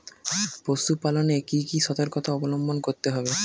পশুপালন এ কি কি সর্তকতা অবলম্বন করতে হবে?